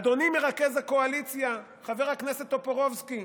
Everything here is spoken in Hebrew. אדוני מרכז הקואליציה חבר הכנסת טופורובסקי,